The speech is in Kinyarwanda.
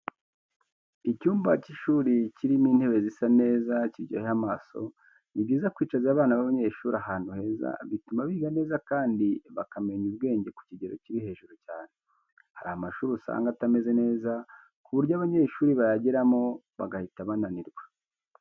Icyumba kiza cy'ishuri kirimo intebe zisa neza ziryoheye amaso, ni byiza kwicaza abana babanyeshuri ahantu heza bituma biga neza kandi bakamenya ubwenge ku kigero kiri hejuru cyane. Hari amashuri usanga atameze neza ku buryo abanyeshuri bayageramo bagahita bananirwa.